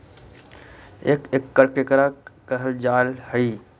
एक एकड़ केकरा कहल जा हइ?